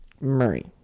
Murray